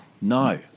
No